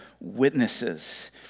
witnesses